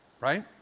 Right